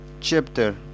chapter